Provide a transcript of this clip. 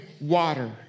water